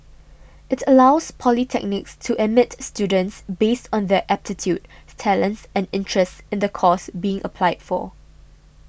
it allows polytechnics to admit students based on their aptitude talents and interests in the course being applied for